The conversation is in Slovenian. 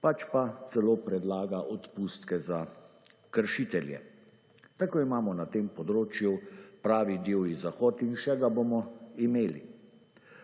pač pa celo predlaga odpustke za kršitelje. Tako imamo na tem področju pravi divji zahod in še ga bomo imeli.